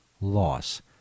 loss